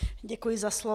Děkuji za slovo.